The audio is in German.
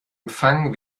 empfang